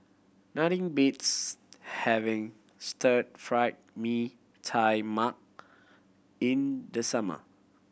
nothing beats having Stir Fried Mee Tai Mak in the summer